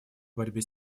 борьбе